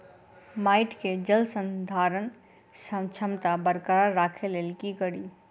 माटि केँ जलसंधारण क्षमता बरकरार राखै लेल की कड़ी?